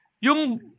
Yung